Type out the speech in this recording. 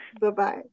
bye-bye